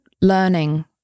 learning